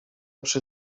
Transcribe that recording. przy